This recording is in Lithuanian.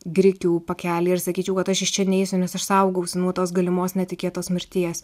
grikių pakelį ir sakyčiau kad aš iš čia neisiu nes aš saugausi nuo tos galimos netikėtos mirties